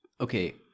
Okay